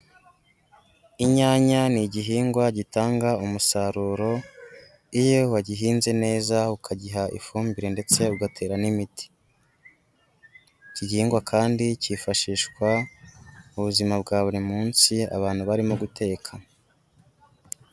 Inyanya ni igihingwa gitanga umusaruro iyo wagihinze neza ukagiha ifumbire ndetse ugatera n'imiti. Iki gihingwa kandi kifashishwa mu buzima bwa buri munsi abantu barimo guteka.